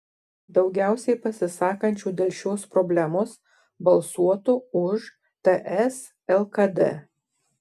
daugiausiai pasisakančių dėl šios problemos balsuotų už ts lkd